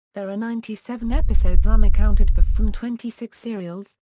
there are ninety seven episodes unaccounted for from twenty six serials,